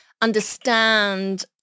understand